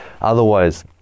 otherwise